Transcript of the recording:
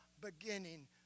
beginning